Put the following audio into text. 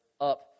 up